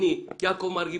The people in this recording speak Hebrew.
יעקב מרגי,